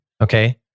okay